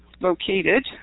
located